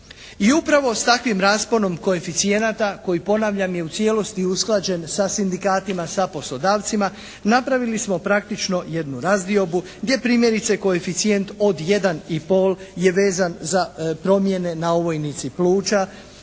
I upravo s takvim rasponom koeficijenata koji ponavljam je u cijelosti usklađen sa sindikatima, sa poslodavcima, napravili smo praktično jednu razdiobu gdje primjerice koeficijent od 1,5 je vezan za promjene na ovojnici pluća,